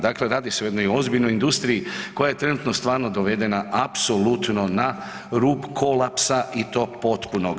Dakle, radi se o jednoj ozbiljnoj industriji koja je trenutno stvarno dovedena apsolutno na rub kolapsa i to potpunog.